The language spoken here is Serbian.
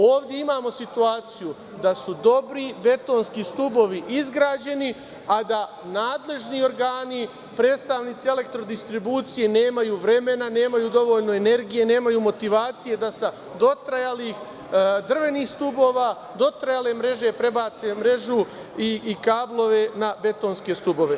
Ovde imamo situaciju da su dobri betonski stubovi izgrađeni a da nadležni organi, predstavnici elektrodistribucije nemaju vremena, nemaju dovoljno energije, nemaju motivacije da sa dotrajalih drvenih stubova, dotrajale mreže, prebace mrežu i kablove na betonske stubove.